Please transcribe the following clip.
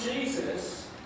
Jesus